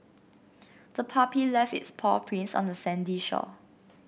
the puppy left its paw prints on the sandy shore